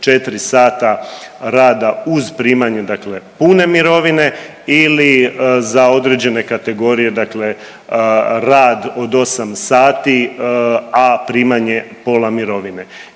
4 sata rada uz primanje, dakle pune mirovine ili za određene kategorije, dakle rad od 8 sati, a primanje pola mirovine.